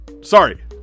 sorry